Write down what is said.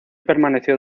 permaneció